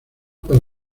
para